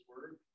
word